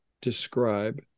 describe